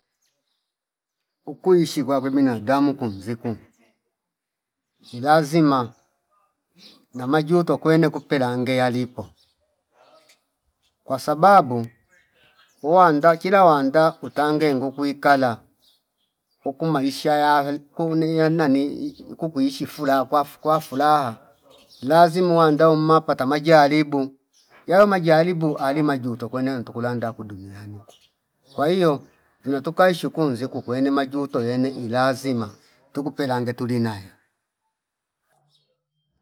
Ukuishi kwakwe binadamu kumziku kum ilazima namajuto kwene kupelange yalipo kwasababu uwanda kila wanda utange ngukwii ikala uku maisha yahe kuni yani nani iku kuishi furaha kwaf- kwafuraha lazimu wanda uma pata majalibu yao majalibu ali majuto kwene wentu kulanda ku duniani kwa hio vino tukaishi kunzi kukwene majuto yene ilazima tuku pelange tuli nayo